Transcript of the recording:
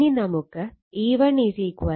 ഇനി നമുക്കറിയാം E1 4